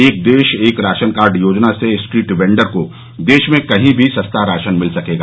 एक देश एक राशन कार्ड योजना से स्ट्रीट वेंडर को देश में कहीं भी सस्ता राशन मिल सकेगा